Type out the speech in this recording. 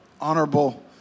honorable